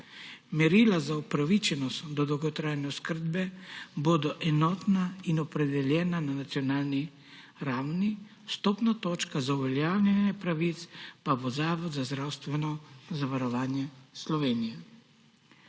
Merila za upravičenost do dolgotrajne oskrbe bodo enotna in opredeljena na nacionalni ravni. Vstopna točka za uveljavljanje pravic pa bo Zavod za zdravstveno zavarovanje Slovenije.